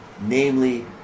namely